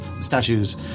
statues